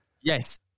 Yes